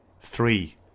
three